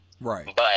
Right